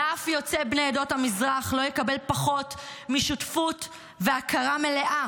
ואף יוצא בני עדות המזרח לא יקבל פחות משותפות והכרה מלאה